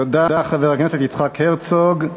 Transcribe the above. תודה, חבר הכנסת יצחק הרצוג.